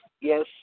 yes